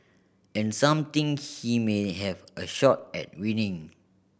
and some think he may have a shot at winning